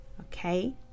Okay